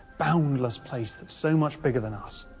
boundless place that's so much bigger than us,